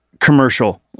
commercial